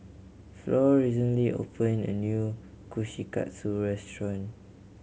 Floy recently open a new Kushikatsu restaurant